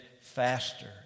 faster